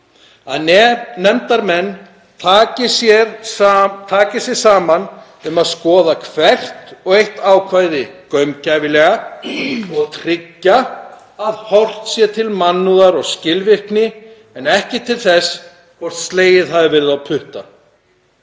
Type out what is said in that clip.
að nefndarmenn taki sig saman um að skoða hvert og eitt ákvæði gaumgæfilega og tryggja að horft sé til mannúðar og skilvirkni en ekki til þess hvort slegið hafi verið á putta.